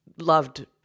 loved